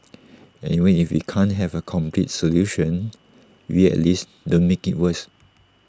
and even if we can't have A complete solution we at least don't make IT worse